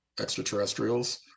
extraterrestrials